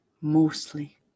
mostly